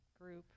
group